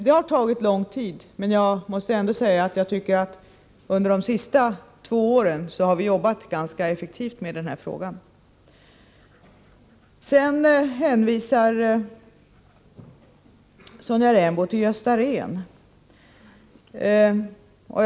Det har som sagt tagit lång tid att komma fram till en lösning, men jag tycker ändå att vi under de senaste två åren har jobbat ganska effektivt med frågan. Sonja Rembo hänvisar till Gösta Rehn.